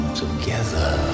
together